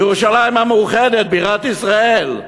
ירושלים המאוחדת, בירת ישראל.